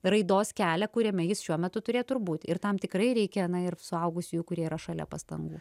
raidos kelią kuriame jis šiuo metu turėtų ir būti ir tam tikrai reikia ir suaugusiųjų kurie yra šalia pastangų